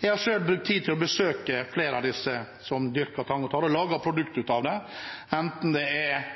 Jeg har selv brukt tid på å besøke flere av dem som dyrker tang og tare og lager produkter av det. Det er trøffeltare, det er